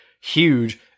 huge